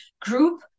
group